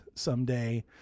someday